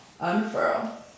unfurl